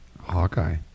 Hawkeye